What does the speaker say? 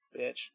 Bitch